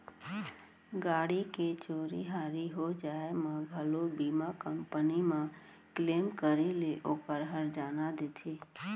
गाड़ी के चोरी हारी हो जाय म घलौ बीमा कंपनी म क्लेम करे ले ओकर हरजाना देथे